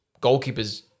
goalkeepers